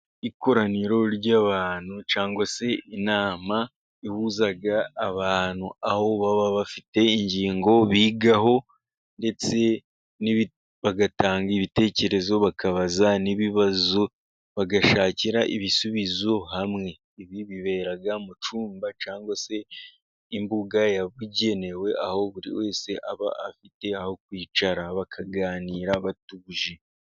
Ikoraniro ry'abantu cyangwa se inama ihuza abantu, aho baba bafite ingingo bigaho, ndetse bagatanga ibitekerezo, bakabaza n'ibibazo, bagashakira ibisubizo hamwe. Ibi bibera mu cyumba cyangwa se imbuga yabugenewe, aho buri wese aba afite aho kwicara, bakaganira batuje.